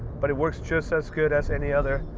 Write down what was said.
but it works just as good as any other.